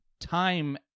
time